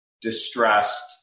distressed